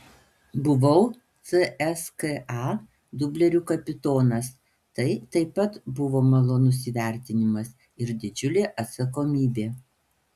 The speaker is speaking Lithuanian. buvau cska dublerių kapitonas tai taip pat buvo malonus įvertinimas ir didžiulė atsakomybė